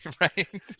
right